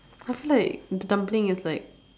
I feel like the dumpling is like